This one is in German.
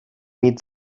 mit